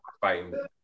fighting